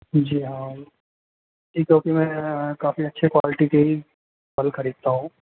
जी हाँ मैं काफ़ी अच्छी क्वालिटी के ही फल खरीदता हूं